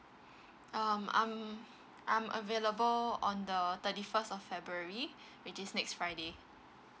um I'm I'm available on the thirty first of february which is next friday